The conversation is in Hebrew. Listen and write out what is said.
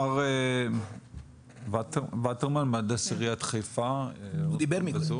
מר וטרמן מהנדס עיריית חיפה דיבר כבר,